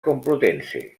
complutense